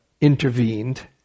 intervened